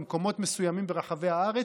במקומות מסוימים ברחבי הארץ,